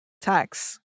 tax